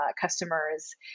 customers